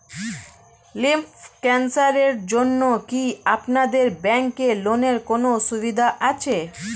Lymph ক্যানসারের জন্য কি আপনাদের ব্যঙ্কে লোনের কোনও সুবিধা আছে?